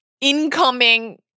incoming